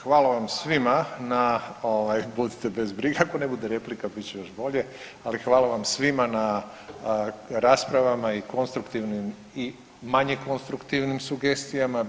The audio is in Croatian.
Hvala vam svima na ovaj, budite bez brige ako ne bude replika bit će još bolje, ali hvala vam svima na rasprava i konstruktivnim i manje konstruktivnim sugestijama.